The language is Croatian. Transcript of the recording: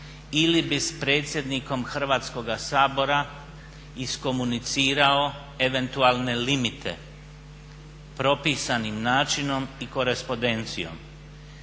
ili bi s predsjednikom Hrvatskoga sabora iskomunicirao eventualne limite propisanim načinom i korespondencijom.